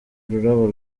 ururabo